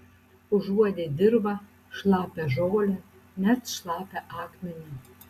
užuodė dirvą šlapią žolę net šlapią akmenį